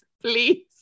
please